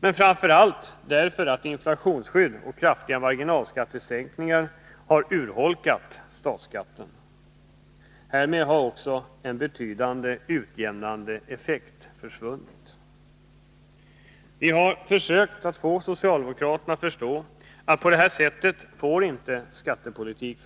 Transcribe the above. men framför allt att inflationsskydd och kraftiga marginalskattesänkningar har urholkat statsskatten. Härmed har också en betydande utjämnande effekt försvunnit. Vi har försökt få socialdemokraterna att förstå att en skattepolitik inte får föras på det sättet.